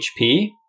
HP